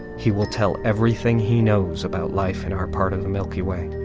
he will tell everything he knows about life in our part of the milky way,